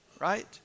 right